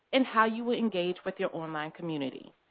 and how you will engage with your online community.